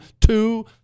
Two